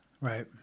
Right